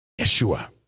Yeshua